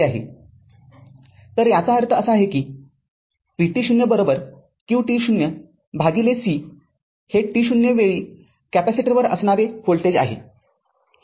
तर याचा अर्थ असा आहे की vt0 qt0 भागिले c हे t0 वेळी कॅपेसिटरवर असणारे व्होल्टेज आहे